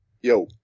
Yo